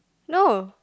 no